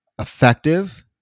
effective